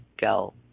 go